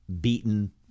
beaten